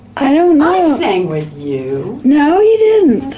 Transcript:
i don't know. i sang with you. no, you didn't.